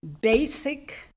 basic